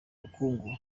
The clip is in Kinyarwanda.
ubukungu